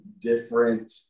different